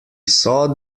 saw